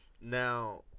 now